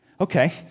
Okay